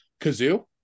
kazoo